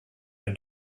and